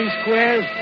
squares